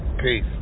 Peace